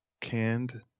canned